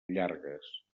llargues